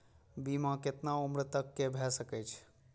बीमा केतना उम्र तक के भे सके छै?